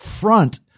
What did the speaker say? front